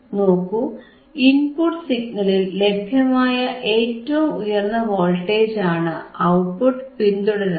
നോക്കൂ ഇൻപുട്ട് സിഗ്നലിൽ ലഭ്യമായ ഏറ്റവും ഉയർന്ന വോൾട്ടേജ് ആണ് ഔട്ട്പുട്ട് പിന്തുടരുന്നത്